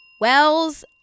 Wells